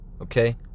Okay